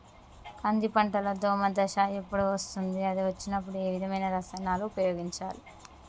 కంది పంటలో దోమ దశ ఎప్పుడు వస్తుంది అది వచ్చినప్పుడు ఏ విధమైన రసాయనాలు ఉపయోగించాలి?